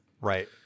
right